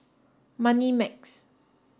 Moneymax